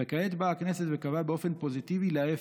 וכעת באה הכנסת וקבעה באופן פוזיטיבי להפך,